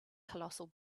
colossal